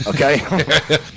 okay